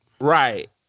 right